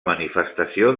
manifestació